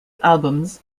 albums